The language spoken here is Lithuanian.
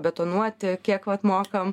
betonuoti kiek vat mokam